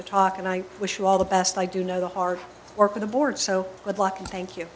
to talk and i wish you all the best i do know the heart or the board so good luck and thank you